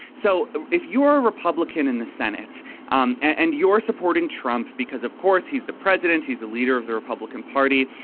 so if you're a republican in the senate um and you're supporting trump because of course he's the president he's a leader of the republican party.